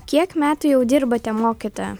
kiek metų jau dirbate mokytoja